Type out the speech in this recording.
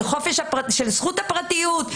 של זכות הפרטיות,